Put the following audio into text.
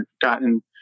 gotten